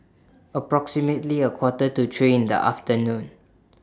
approximately A Quarter to three in The afternoon